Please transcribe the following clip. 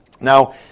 Now